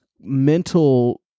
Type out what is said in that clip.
mental